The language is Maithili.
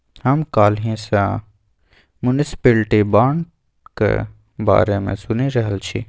हम काल्हि सँ म्युनिसप्लिटी बांडक बारे मे सुनि रहल छी